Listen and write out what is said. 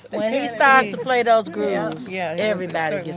when he starts to play those grooves, yeah yeah everybody gets